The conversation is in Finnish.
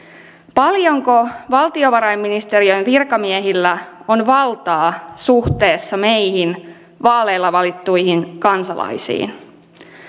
paljonko valtiovarainministeriön virkamiehillä on valtaa suhteessa meihin vaaleilla valittuihin kansalaisiin